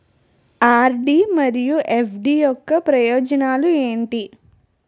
RD మరియు FD యొక్క ప్రయోజనాలు ఏంటి?